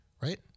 right